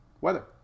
Weather